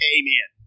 Amen